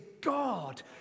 God